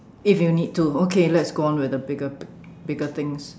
if you need to okay let's go on with the bigger bigger things